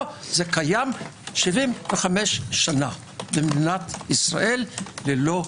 זה קיים 75 שנה במדינת ישראל ללא עוררין.